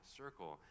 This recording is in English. circle